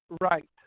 Right